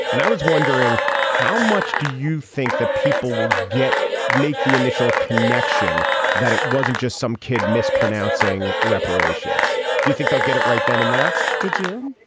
and i was wondering how much do you think that people will get make the initial connection that it wasn't just some kid mispronouncing reparations do you think they'll get it right then and there. did you.